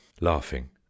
laughing